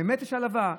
באמת יש העלבה?